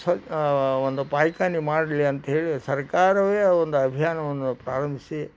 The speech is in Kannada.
ಸ್ವಚ್ಛ ಒಂದು ಪೈಕಾನೆ ಮಾಡಲಿ ಅಂತೇಳಿ ಸರಕಾರವೇ ಒಂದು ಅಭಿಯಾನವನ್ನು ಪ್ರಾರಂಭಿಸಿ